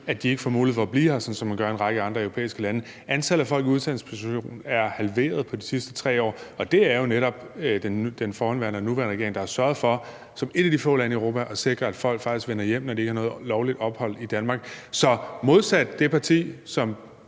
at de ikke får mulighed for at blive her, sådan som man gør i en række andre europæiske lande. Antallet af folk i udsendelsesposition er halveret de sidste 3 år, og det er jo netop den forhenværende og den nuværende regering, der har sørget for – som et af de få lande i Europa – at sikre, at folk faktisk vender hjem, når de ikke har noget lovligt ophold i Danmark. Så modsat det parti, som